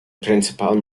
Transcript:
principal